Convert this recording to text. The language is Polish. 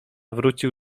wrócił